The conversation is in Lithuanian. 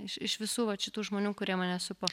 iš iš visų šitų žmonių kurie mane supo